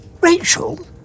Rachel